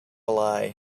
lie